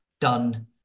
done